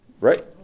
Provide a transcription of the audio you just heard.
Right